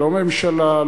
לא הממשלה,